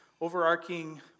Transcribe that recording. overarching